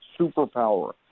superpower